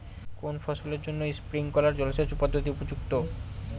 কোন ফসলের জন্য স্প্রিংকলার জলসেচ পদ্ধতি উপযুক্ত?